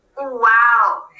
Wow